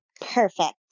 Perfect